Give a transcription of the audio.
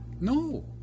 No